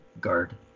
Guard